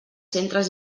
centres